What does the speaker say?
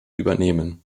übernehmen